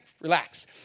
Relax